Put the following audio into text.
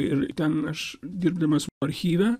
ir ten aš dirbdamas archyve